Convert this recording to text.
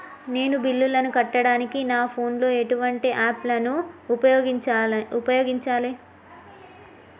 నేను బిల్లులను కట్టడానికి నా ఫోన్ లో ఎటువంటి యాప్ లను ఉపయోగించాలే?